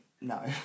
No